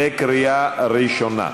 בקריאה ראשונה.